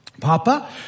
Papa